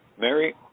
Mary